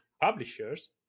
publishers